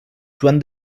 joan